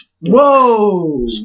Whoa